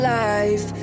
life